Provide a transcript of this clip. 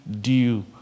due